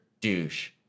douche